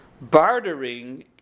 bartering